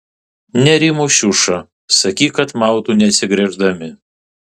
nerimo šiuša sakyk kad mautų neatsigręždami